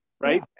right